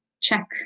Check